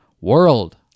world